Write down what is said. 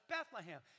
Bethlehem